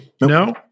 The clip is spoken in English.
No